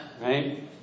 Right